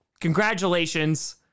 Congratulations